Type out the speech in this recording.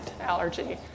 allergy